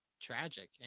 tragic